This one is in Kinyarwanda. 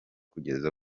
kugeza